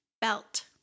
belt